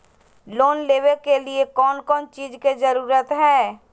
Loan लेबे के लिए कौन कौन चीज के जरूरत है?